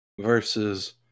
versus